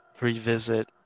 revisit